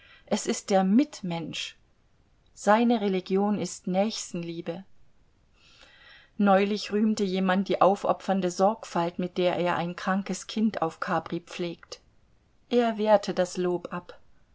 es ist der mitmensch seine religion ist nächstenliebe neulich rühmte jemand die aufopfernde sorgfalt mit der er ein krankes kind auf capri pflegt er wehrte das lob ab